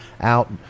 out